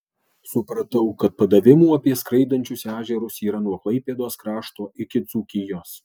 supratau kad padavimų apie skraidančius ežerus yra nuo klaipėdos krašto iki dzūkijos